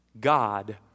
God